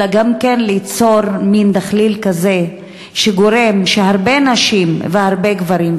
אלא גם ליצור מין דחליל כזה שגורם לכך שהרבה נשים והרבה גברים,